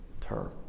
term